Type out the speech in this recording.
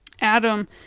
Adam